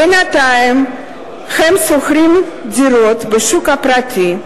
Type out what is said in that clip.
בינתיים הם שוכרים דירות בשוק הפרטי.